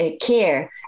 care